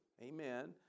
Amen